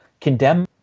condemn